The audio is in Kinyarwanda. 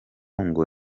ngo